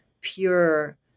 pure